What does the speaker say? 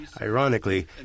Ironically